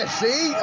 see